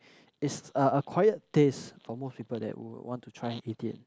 is a acquired taste for most people that would want to try and eat it